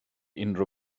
unrhyw